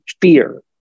fear